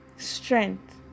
strength